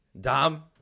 Dom